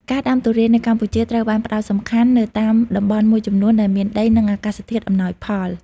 ការដាំទុរេននៅកម្ពុជាត្រូវបានផ្តោតសំខាន់នៅតាមតំបន់មួយចំនួនដែលមានដី និងអាកាសធាតុអំណោយផល។